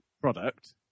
product